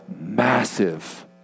massive